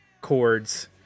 chords